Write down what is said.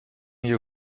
you